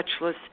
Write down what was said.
touchless